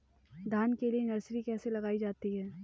धान के लिए नर्सरी कैसे लगाई जाती है?